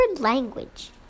language